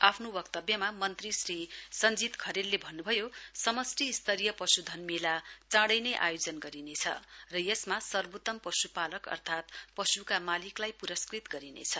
आफ्नो वक्तव्यमा मन्त्री श्री सञ्जीत खरेलले भन्नभयो समष्टि स्तरीय पशुधन मेला चाँडैनै आयोजन गरिनेछ र यसमा सर्वोत्म पशुपालक अर्थात पशुका मालिकलाई पुरस्कृत गरिनेछ